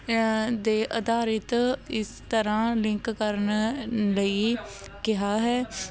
ਦੇ ਅਧਾਰਿਤ ਇਸ ਤਰ੍ਹਾਂ ਲਿੰਕ ਕਰਨ ਲਈ ਕਿਹਾ ਹੈ